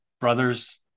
brothers